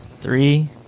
Three